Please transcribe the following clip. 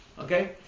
Okay